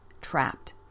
trapped